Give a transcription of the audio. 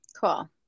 Cool